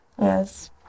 yes